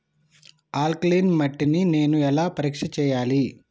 Alkaline మట్టి ని నేను ఎలా పరీక్ష చేయాలి?